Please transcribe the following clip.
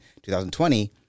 2020